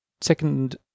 second